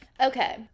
Okay